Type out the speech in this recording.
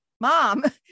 mom